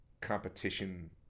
competition